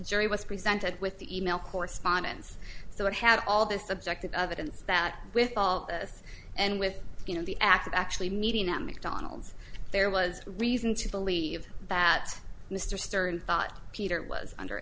jury was presented with the e mail correspondence so it had all the subject other than that with all this and with you know the act of actually meeting at mcdonald's there was reason to believe that mr stern thought peter was under